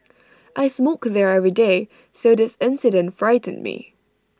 I smoke there every day so this incident frightened me